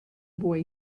boy